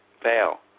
fail